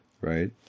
right